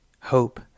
hope